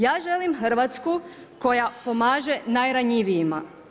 Ja želim Hrvatsku koja pomaže najranjivijima.